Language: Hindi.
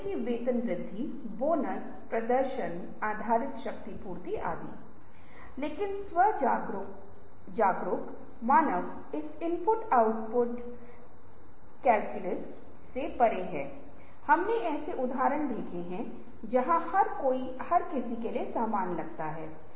और यह सक्रिय सीखने की प्रक्रिया है क्योंकि इस प्रक्रिया में जब लोग एक साथ इकट्ठा होते हैं और वे विचारों को उत्पन्न करते हैं तो हर कोई दूसरों से सीखता है